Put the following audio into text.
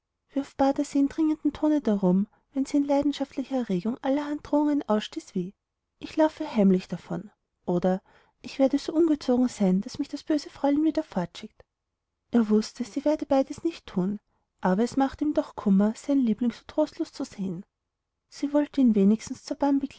in dringendem tone darum wenn sie in leidenschaftlicher erregung allerhand drohungen ausstieß wie ich laufe heimlich davon oder ich werde so ungezogen sein daß mich das böse fräulein wieder fortschickt er wußte sie werde beides nicht thun aber es machte ihm doch kummer seinen liebling so trostlos zu sehen sie wollte ihn wenigstens zur